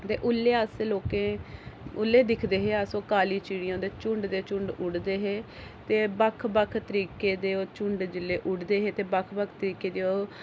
ते उल्ले अस लोकें उल्ले दिखदे हे अस ओह् काली चिड़ियें दे झुण्ड दे झुण्ड उड़दे हे बक्ख बक्ख तरीके दे झुण्ड जिल्ले उड़दे हे ते बक्ख बक्ख तरीके दे ओह्